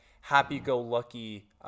happy-go-lucky